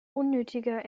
unnötiger